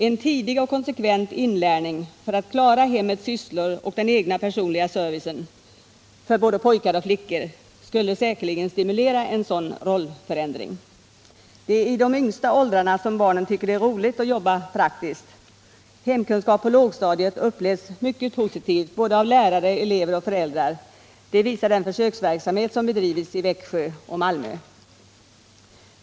En tidig och konsekvent inlärning för både pojkar och flickor för att klara hemmets sysslor och den egna personliga servicen skulle säkerligen stimulera en sådan rollförändring. Det är i de yngsta åldrarna som barnen tycker det är roligt att jobba praktiskt. Hemkunskap på lågstadiet upplevs mycket positivt av både lärare, elever och föräldrar — det visar den försöksverksamhet som bedrivits i Växjö och Malmö.